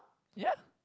ya